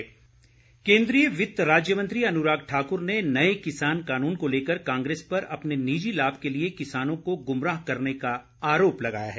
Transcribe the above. अनुराग ठाकुर केन्द्रीय वित्त राज्य मंत्री अनुराग ठाकुर ने नए किसान कानून को लेकर कांग्रेस पर अपने निजी लाभ के लिए किसानों को गुमराह करने का आरोप लगाया है